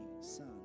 son